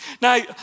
Now